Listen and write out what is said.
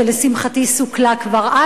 שלשמחתי סוכלה כבר אז,